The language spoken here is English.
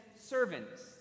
servants